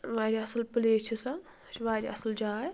واریاہ اصٕل پٕلیس چھِ سۄ سۄ چھِ واریاہ اصٕل جاے